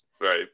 right